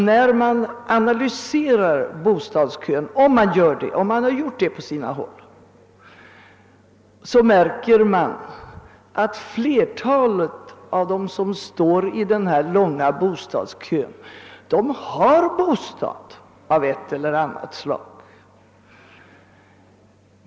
När man analyserar bostadskön — och det har man gjort på sina håll — märker man att flertalet av dem som står i denna långa kö har bostad av ett eller annat slag.